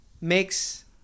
makes